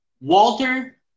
Walter